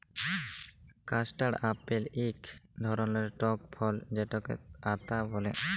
custard apple ইক ধরলের টক ফল যেটকে আতা ব্যলে